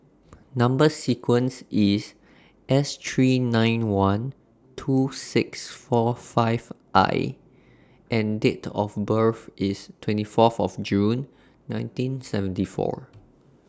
Number sequence IS S three nine one two six four five I and Date of birth IS twenty Fourth June nineteen seventy four